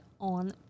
on